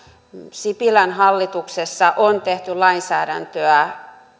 sipilän hallituksessa on tehty lainsäädäntöä